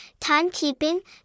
Timekeeping